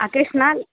అకేషనా